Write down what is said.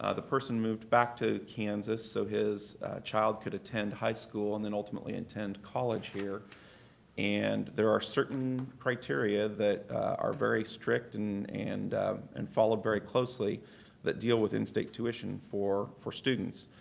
ah the person moved back to kansas so his child could attend high school and then ultimately attend college here and there are certain criteria that are very strict and and and followed very closely that deal with in-state tuition for for students.